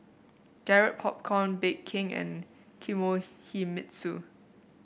Garrett Popcorn Bake King and Kinohimitsu